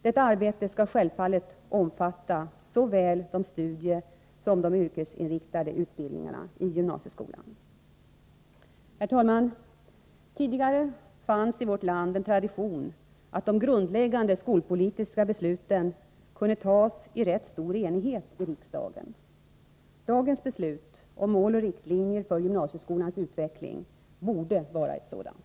Detta arbete skall självfallet omfatta såväl de studiesom de yrkesinriktade utbildningarna i gymnasieskolan. Herr talman! Tidigare fanns i vårt land en tradition att de grundläggande skolpolitiska besluten kunde fattas i rätt stor enighet i riksdagen. Dagens beslut om mål och riktlinjer för gymnasieskolans utveckling borde vara ett sådant.